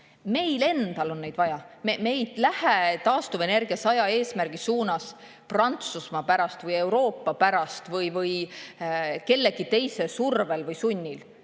Meil endal on seda vaja. Me ei lähe taastuvenergia 100%‑lise eesmärgi suunas Prantsusmaa pärast või Euroopa pärast või kellegi teise survel või sunnil.